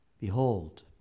Behold